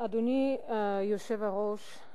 אדוני היושב-ראש,